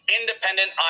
independent